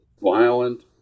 violent